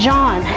John